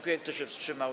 Kto się wstrzymał?